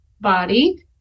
body